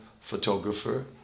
photographer